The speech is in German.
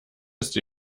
ist